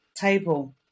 table